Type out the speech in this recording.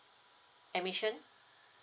admission